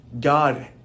God